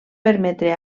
permetre